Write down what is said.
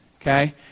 okay